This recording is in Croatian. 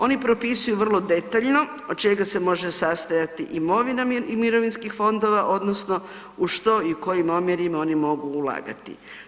Oni propisuju vrlo detaljno od čega se može sastojati imovina mirovinskih fondova odnosno u što i u kojim omjerima oni mogu ulagati.